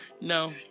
No